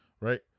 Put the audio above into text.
right